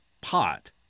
pot